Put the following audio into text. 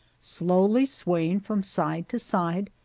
slowly swaying from side to side,